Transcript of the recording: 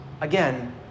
Again